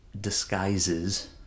disguises